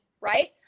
right